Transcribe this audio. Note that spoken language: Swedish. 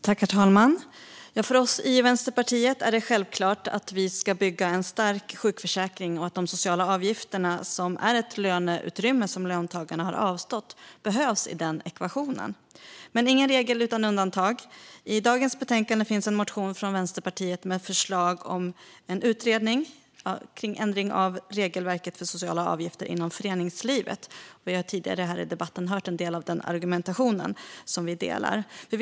Herr talman! För oss i Vänsterpartiet är det självklart att vi ska bygga en stark sjukförsäkring och att de sociala avgifterna, ett löneutrymme som löntagarna har avstått, behövs i den ekvationen, men ingen regel utan undantag. I dagens betänkande finns en motion från Vänsterpartiet med förslag om en utredning om ändring av regelverket för sociala avgifter inom föreningslivet. Vi instämmer i den argumentation som framförts om detta tidigare i debatten.